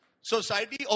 society